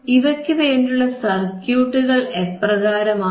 ഇവയ്ക്കുവേണ്ടിയുള്ള സർക്യൂട്ടുകൾ എപ്രകാരമാണ്